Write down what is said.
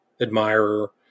admirer